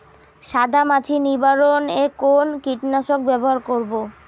সাদা মাছি নিবারণ এ কোন কীটনাশক ব্যবহার করব?